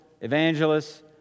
evangelists